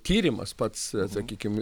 tyrimas pats sakykim